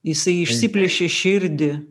jisai išsiplėšė širdį